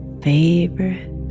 favorite